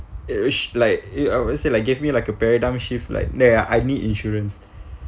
it is like it I would say like gave me like a paradigm shift like there I need insurance